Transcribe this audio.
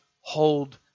hold